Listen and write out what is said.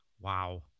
Wow